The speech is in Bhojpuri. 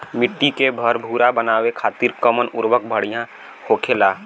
मिट्टी के भूरभूरा बनावे खातिर कवन उर्वरक भड़िया होखेला?